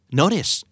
notice